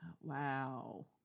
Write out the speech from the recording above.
Wow